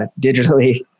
digitally